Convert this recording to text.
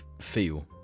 feel